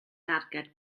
darged